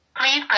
Please